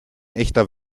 echter